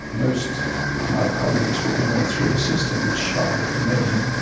most of my colleagues who went through the system would shudder at the name.